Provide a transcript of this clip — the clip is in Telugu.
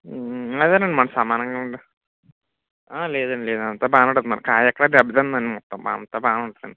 అదేనండి మనకు సమానంగా ఉంది లేదండి లేదండి అంతా బాగానే ఉంటుంది కాయ ఎక్కడా దెబ్బ తినదండి మొత్తం అంతా బాగానే ఉంటుంది